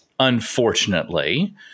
Unfortunately